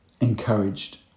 encouraged